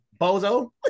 bozo